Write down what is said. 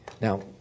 Now